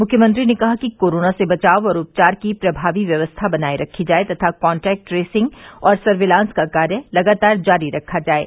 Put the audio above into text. मुख्यमंत्री ने कहा कि कोरोना से बचाव और उपचार की प्रभावी व्यवस्था बनाये रखी जाये तथा कांटेक्ट ट्रेसिंग और सर्विलांस का कार्य लगातार जारी रखा जाये